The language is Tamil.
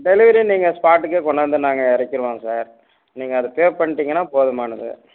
டெலிவரி நீங்கள் ஸ்பாட்டுக்கே கொண்டாந்து நாங்கள் இறக்கிடுவோம் சார் நீங்கள் அதை பே பண்ணிட்டிங்கன்னா போதுமானது